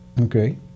Okay